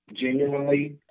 genuinely